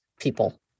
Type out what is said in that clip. people